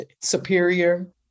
superior